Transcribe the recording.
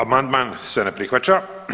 Amandman se ne prihvaća.